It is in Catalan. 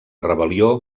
rebel·lió